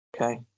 Okay